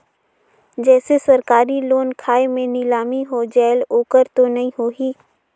जैसे सरकारी लोन खाय मे नीलामी हो जायेल ओकर तो नइ होही?